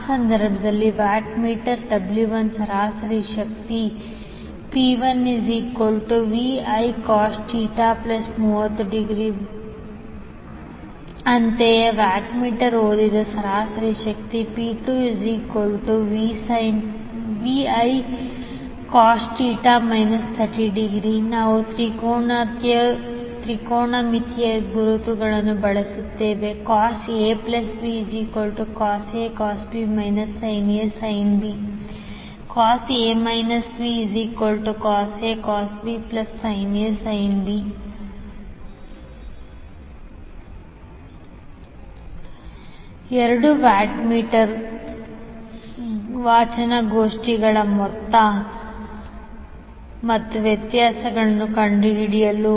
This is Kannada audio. ಆ ಸಂದರ್ಭದಲ್ಲಿ ವಾಟ್ ಮೀಟರ್ 𝑊1 ಸರಾಸರಿ ಶಕ್ತಿ 𝑃1 Re𝐕 𝐈∗ 𝑉 𝐼 cos𝜃 30° 𝑉 𝐼 cos𝜃 30° ಅಂತೆಯೇ ವ್ಯಾಟ್ಮೀಟರ್ 2 ಓದಿದ ಸರಾಸರಿ ಶಕ್ತಿ 𝑃2 Re𝐕 𝐈∗ 𝑉 𝐼 cos𝜃 − 30° 𝑉 𝐼 cos𝜃 − 30° ನಾವು ತ್ರಿಕೋನಮಿತಿಯ ಗುರುತುಗಳನ್ನು ಬಳಸುತ್ತೇವೆ cos𝐴 𝐵 cos 𝐴 cos 𝐵 − sin 𝐴 sin B cos𝐴 − 𝐵 cos 𝐴 cos 𝐵 sin 𝐴 sin 𝐵 ಎರಡು ವ್ಯಾಟ್ಮೀಟರ್ ವಾಚನಗೋಷ್ಠಿಗಳ ಮೊತ್ತ ಮತ್ತು ವ್ಯತ್ಯಾಸವನ್ನು ಕಂಡುಹಿಡಿಯಲು